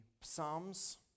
Psalms